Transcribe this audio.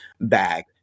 bag